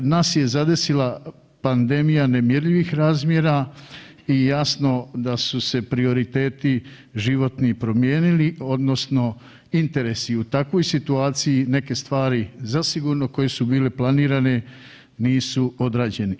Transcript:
Nas je zadesila pandemija nemjerljivih razmjera i jasno da su se prioriteti životni promijenili, odnosno interesi u takvoj situaciji, neke stvari zasigurno koje su bile planirane, nisu odrađene.